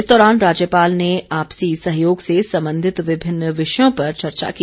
इस दौरान राज्यपाल ने आपसी सहयोग से संबंधित विभिन्न विषयों पर चर्चा की